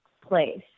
place